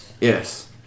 Yes